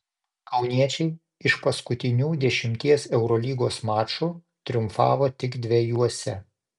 kauniečiai iš paskutinių dešimties eurolygos mačų triumfavo tik dviejuose